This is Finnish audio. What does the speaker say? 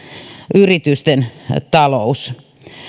yritysten talous